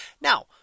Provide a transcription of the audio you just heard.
Now